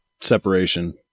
separation